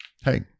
Hey